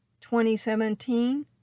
2017